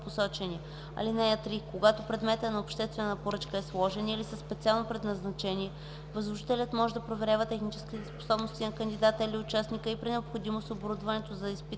(3) Когато предметът на обществена поръчка е сложен или е със специално предназначение, възложителят може да проверява техническите способности на кандидата или участника и при необходимост оборудването за изпитване